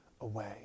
away